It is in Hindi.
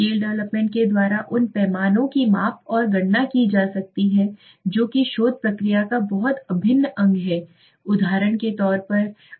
स्केल डेवलपमेंट के द्वारा उन पैमानोंकी माप और गणना की जा सकती है जो कि शोध प्रक्रिया का बहुत अभिन्न अंग है उदाहरण के तौर पर संतुष्टि